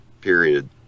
period